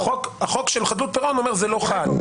חוק חדלות פירעון אומר: זה לא חל.